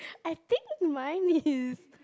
I think mine is